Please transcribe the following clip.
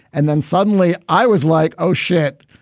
and then suddenly i was like, oh, shit,